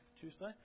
Tuesday